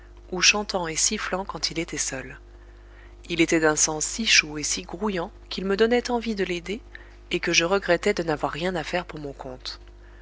ou chantant et sifflant quand il était seul il était d'un sang si chaud et si grouillant qu'il me donnait envie de l'aider et que je regrettais de n'avoir rien à faire pour mon compte